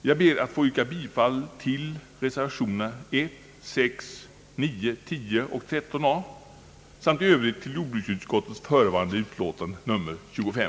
Jag ber att få yrka bifall till reservationerna 1, 6, 9, 10 och 13 a samt i övrigt till jordbruksutskottets förevarande utlåtande nr 235.